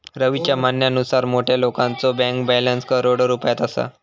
रवीच्या म्हणण्यानुसार मोठ्या लोकांचो बँक बॅलन्स करोडो रुपयात असा